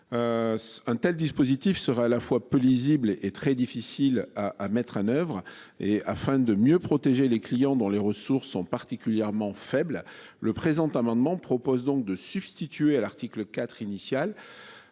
Un tel dispositif sera à la fois peu lisible et et très difficile à à mettre en oeuvre et afin de mieux protéger les clients dont les ressources sont particulièrement faibles. Le présent amendement propose donc de substituer à l'article 4 initial.